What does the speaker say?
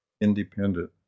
independent